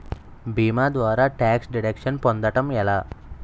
భీమా ద్వారా tax deduction పొందటం ఎలా?